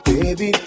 Baby